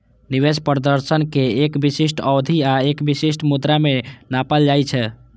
निवेश प्रदर्शन कें एक विशिष्ट अवधि आ एक विशिष्ट मुद्रा मे नापल जाइ छै